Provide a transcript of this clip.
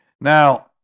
Now